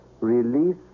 Release